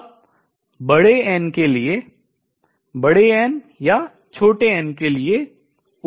अब बड़े n के लिए बड़े n या छोटे n के लिए ऊर्जा है